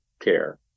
care